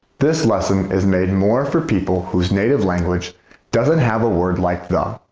this lesson is made more for people whose native language doesn't have a word like the,